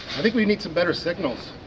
i think we need some better signals.